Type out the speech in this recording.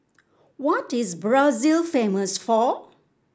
what is Brazil famous for